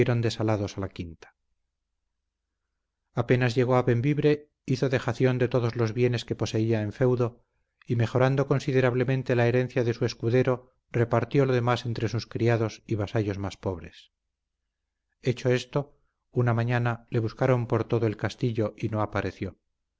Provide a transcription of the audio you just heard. desalados a la quinta apenas llegó a bembibre hizo dejación de todos los bienes que poseía en feudo y mejorando considerablemente la herencia de su escudero repartió lo demás entre sus criados y vasallos más pobres hecho esto una mañana le buscaron por todo el castillo y no apareció